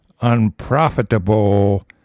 unprofitable